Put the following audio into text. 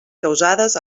causades